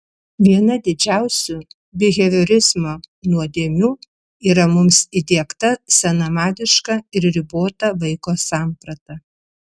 viena didžiausių biheviorizmo nuodėmių yra mums įdiegta senamadiška ir ribota vaiko samprata